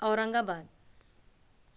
Aurangabad